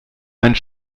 einen